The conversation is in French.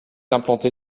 implantée